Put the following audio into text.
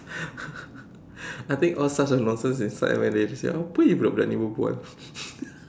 I think all sorts of nonsense inside man then after that they said apa jer budak-budak ni berbual